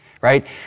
right